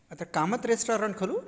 अत्र कामत् रेस्टोरण्ट् खलु